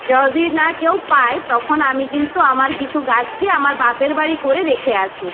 যদি না কেউ পাই তখন আমি কিন্তু আমার কিছু গাছকে আমার বাপের বাড়ি করে রেখে আসি